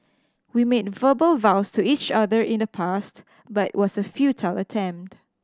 we made verbal vows to each other in the past but it was a futile attempt